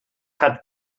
had